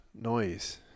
noise